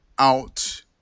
Out